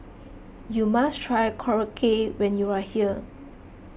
you must try Korokke when you are here